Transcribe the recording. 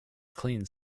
clean